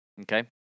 Okay